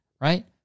right